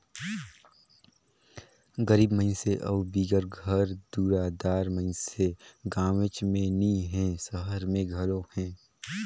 गरीब मइनसे अउ बिगर घर दुरा दार मइनसे गाँवेच में नी हें, सहर में घलो अहें